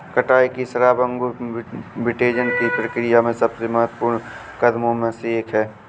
कटाई की शराब अंगूर विंटेज की प्रक्रिया में सबसे महत्वपूर्ण कदमों में से एक है